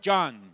John